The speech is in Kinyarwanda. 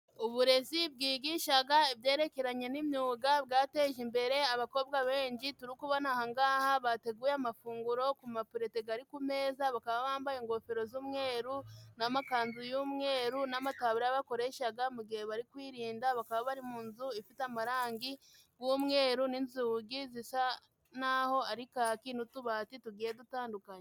Uburezi bwigishaga ibyerekeranye n'imyuga bwateje imbere abakobwa benshi turi kubona aha ngaha, bateguye amafunguro ku mapureto gari ku meza, bakaba bambaye ingofero z'umweru n'amakanzu y'umweru n'amataburiya bakoreshaga mu gihe bari kwirinda, bakaba bari mu nzu ifite amarangi g'umweru n'inzugi zisa naho ari kaki n'utubati tugiye dutandukanye.